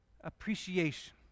appreciation